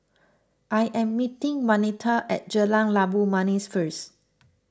I am meeting Waneta at Jalan Labu Manis first